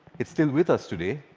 it's still with us today.